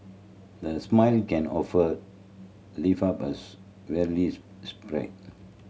the smile can offer lift up a weary spirit